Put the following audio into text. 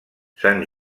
sant